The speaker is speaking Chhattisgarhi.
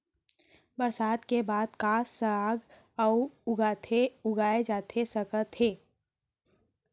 बरसात के बाद का का साग उगाए जाथे सकत हे?